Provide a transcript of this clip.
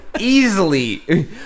easily